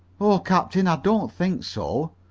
oh, captain, i don't think so!